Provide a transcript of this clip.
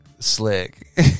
Slick